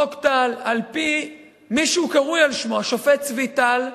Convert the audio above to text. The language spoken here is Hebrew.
חוק טל על-פי מי שהוא קרוי על שמו, השופט צבי טל,